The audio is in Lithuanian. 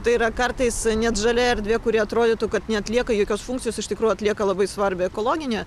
tai yra kartais net žalia erdvė kuri atrodytų kad neatlieka jokios funkcijos iš tikrųjų atlieka labai svarbią ekologinę